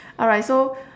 alright so